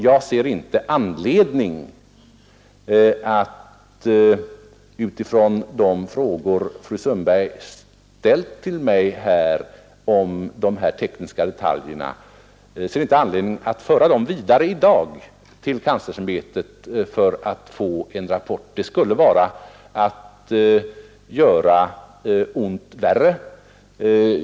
Jag ser ingen anledning att i dag föra de frågor om tekniska detaljer, som fru Sundberg ställde till mig, vidare till kanslersämbetet för att få en rapport. Det skulle bara vara att göra ont värre.